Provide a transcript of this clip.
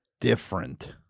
different